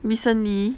recently